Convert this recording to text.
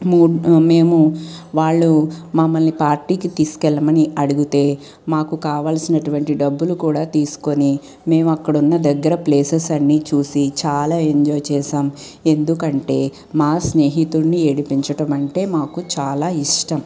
మూ మేము వాళ్ళు మమ్మల్ని పార్టీకి తీసుకెళ్ళమని అడిగితే మాకు కావలసినటువంటి డబ్బులు కూడా తీసుకుని మేము అక్కడున్న దగ్గర ప్లేసెస్ అన్నీ చూసి చాలా ఎంజాయ్ చేశాం ఎందుకంటే మా స్నేహితుడిని ఏడిపించడం అంటే మాకు చాలా ఇష్టం